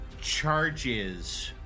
charges